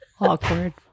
Awkward